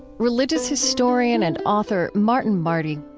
religious historian and author martin marty.